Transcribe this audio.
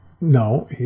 No